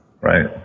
Right